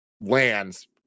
lands